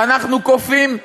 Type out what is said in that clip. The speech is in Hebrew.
אנחנו כופים.